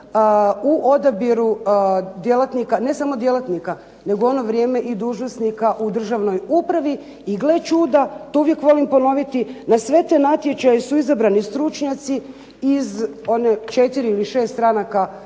u odabiru djelatnika, ne samo djelatnika nego u ono vrijeme i dužnosnika u državnoj upravi. I gle čuda, to uvijek volim ponoviti, na sve te natječaje su izabrani stručnjaci iz one četiri ili šest stranaka